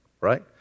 Right